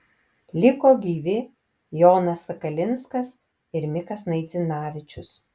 liko gyvi jonas sakalinskas ir mikas naidzinavičius